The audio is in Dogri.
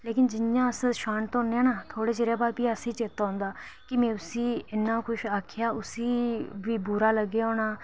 लेकिन जियां अस्स शांत हुन्ने आं ना थोह्ड़े चिरै बाद फी असेंगी चेता औंदा की में उसी इन्ना किश आखेआ उसी बी बुरा लग्गेआ होना